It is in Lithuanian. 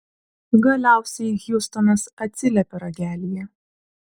galiausiai hjustonas atsiliepė ragelyje